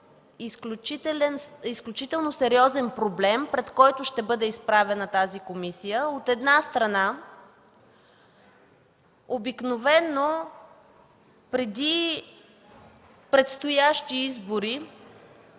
изключително сериозен проблем, пред който ще бъде изправена тази комисия. От една страна, обикновено преди предстоящи избори